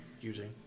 using